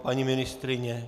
Paní ministryně?